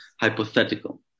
hypothetical